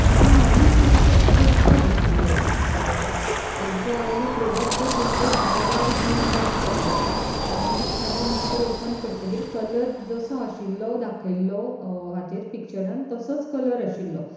हांवें हालींच एक कुर्ता घेतिल्लो जो आयलो प्रोडक्ट तो सुंदर बऱ्या रितीन पॅक केल्लो आनी ताज्या नंतर ओपन करतकीर कलर जसो आशिल्लो दाखयल्लो हाचेर पिक्चरान तसोच कलर आशिल्लो